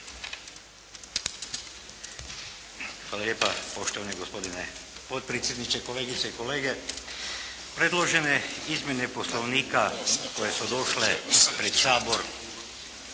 Hvala lijepa poštovani gospodine potpredsjedniče, kolegice i kolege. Predložene izmjene Poslovnika koje su došle pred Sabor